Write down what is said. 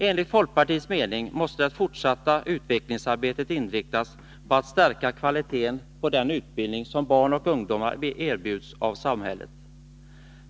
Enligt folkpartiets mening måste det fortsatta utvecklingsarbetet inriktas på att stärka kvaliteten på den utbildning som barn och ungdomar erbjuds av samhället.